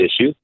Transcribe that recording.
issue